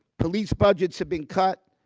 police budgets have been cut,